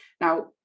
now